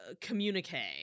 communique